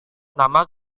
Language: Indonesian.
nama